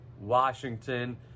Washington